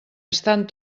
estan